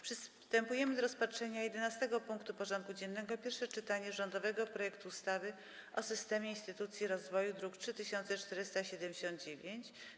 Przystępujemy do rozpatrzenia punktu 11. porządku dziennego: Pierwsze czytanie rządowego projektu ustawy o systemie instytucji rozwoju (druk nr 3479)